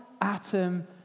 atom